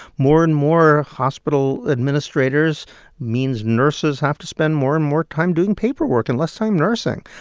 more and more hospital administrators means nurses have to spend more and more time doing paperwork and less time nursing.